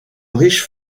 riche